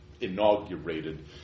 inaugurated